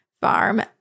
farm